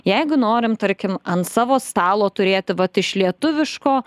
jeigu norim tarkim ant savo stalo turėti vat iš lietuviško